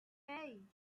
hey